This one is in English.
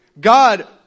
God